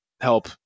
help